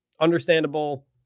understandable